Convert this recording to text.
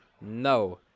No